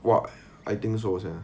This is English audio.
!wah! I think so sia